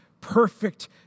perfect